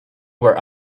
were